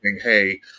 hey